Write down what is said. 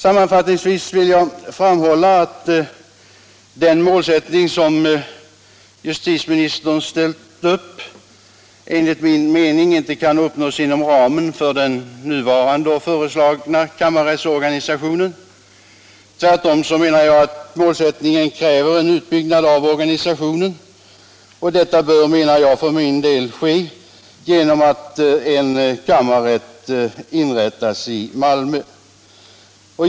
Sammanfattningsvis vill jag framhålla att den målsättning som justitieministern ställt upp enligt min mening inte kan uppnås inom ramen för den nuvarande och föreslagna kammarrättsorganisationen. Tvärtom kräver målsättningen en utbyggnad av organisationen, och denna bör, menar jag, ske genom att en kammarrätt inrättas i Malmö.